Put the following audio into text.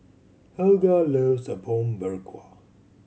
Helga loves Apom Berkuah